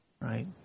right